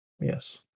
yes